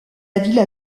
villa